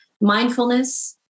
mindfulness